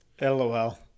LOL